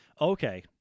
Okay